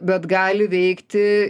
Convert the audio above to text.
bet gali veikti